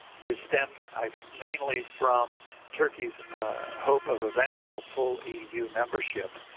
theyive stemmed, i think, mainly from turkeyis hope of eventual full eu membership.